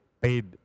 paid